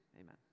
Amen